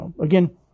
again